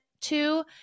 Two